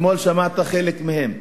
אתמול שמעת חלק מהן.